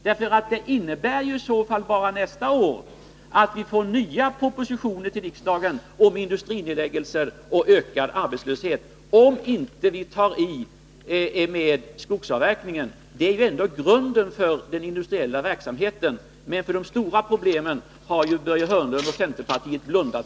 Nästa år kommer nya propositioner att behöva läggas fram för riksdagen om industrinedläggelser och ökad arbetslöshet, om vi inte tar itu med skogsavverkningen. För de stora problemen har Börje Hörnlund och centerpartiet blundat.